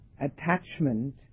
attachment